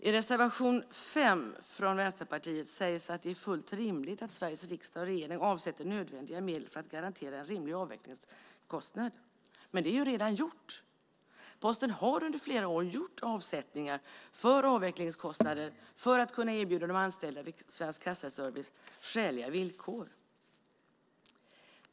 I reservation 5 från Vänsterpartiet sägs att det är fullt rimligt att Sveriges riksdag och regering avsätter nödvändiga medel för att garantera en rimlig avvecklingskostnad. Men det är ju redan gjort. Posten har under flera år gjort avsättningar för avvecklingskostnader för att kunna erbjuda de anställda vid Svensk Kassaservice skäliga villkor.